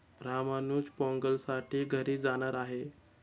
रामानुज पोंगलसाठी घरी जाणार आहे